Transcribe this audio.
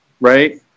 right